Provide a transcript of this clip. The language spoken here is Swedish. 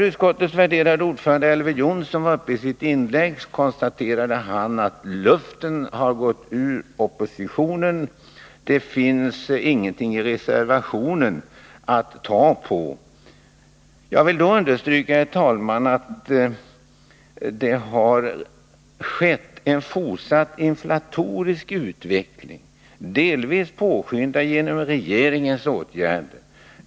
Utskottets värderade ordförande Elver Jonsson konstaterade i sitt inlägg att luften har gått ur oppositionen — det finns ingenting i reservationen att ta på. Jag vill därför understryka att det har skett en fortsatt inflatorisk utveckling, delvis påskyndad genom regeringens åtgärder.